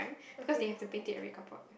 because they have to paint it very couple